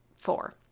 four